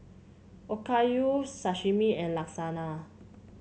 Okayu Sashimi and Lasagna